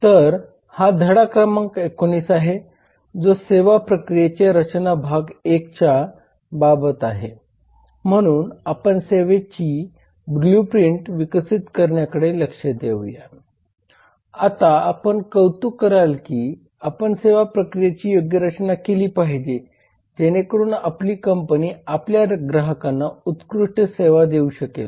तर हा धडा क्रमांक 19 आहे जो सेवा प्रक्रियेच्या रचना भाग 1 च्या बाबत आहे म्हणून आपण सेवांची ब्लूप्रिंट विकसित करण्याकडे लक्ष देऊया आता आपण कौतुक कराल की आपण सेवा प्रक्रियेची योग्य रचना केली पाहिजे जेणेकरून आपली कंपनी आपल्या ग्राहकांना उत्कृष्ट सेवा देऊ शकेल